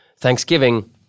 Thanksgiving